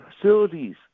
facilities